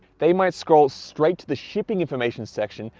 they might scroll straight to the shipping information section,